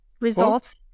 Results